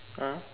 ah